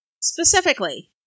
specifically